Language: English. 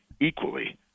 equally